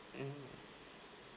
mm